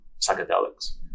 psychedelics